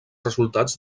resultats